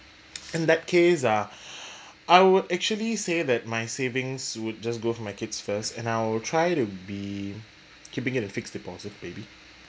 in that case ah I would actually say that my savings would just go for my kids first and I will try to be keeping it in a fixed deposit maybe